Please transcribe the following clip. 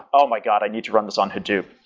oh, my god. i need to run this on hadoop.